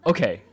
Okay